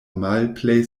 malplej